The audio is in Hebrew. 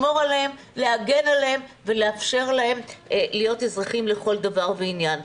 להגן עליהם ולאפשר להם להיות אזרחים לכל דבר ועניין.